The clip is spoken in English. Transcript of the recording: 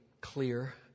clear